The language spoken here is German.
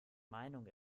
meinung